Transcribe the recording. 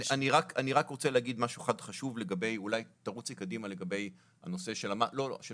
אני רק רוצה להגיד משהו אחד חשוב לגבי הנושא של המס.